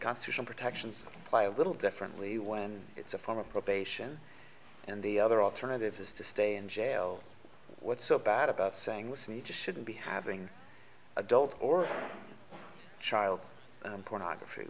constitutional protections by a little differently when it's a form of probation and the other alternative is to stay in jail what's so bad about saying listen you just shouldn't be having adult or child pornography